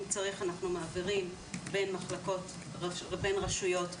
אם צריך אנחנו מעבירים בין מחלקות ובין רשויות שונות,